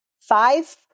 Five